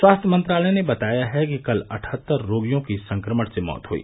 स्वास्थ्य मंत्रालय ने बताया है कि कल अठहत्तर रोगियों की इस संक्रमण से मौत हुई